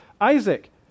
Isaac